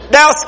Now